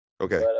Okay